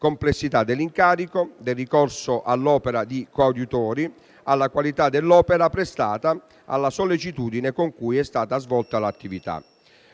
complessità dell'incarico, ricorso all'opera di coadiutori, qualità dell'opera prestata, sollecitudine con cui è stata svolta l'attività.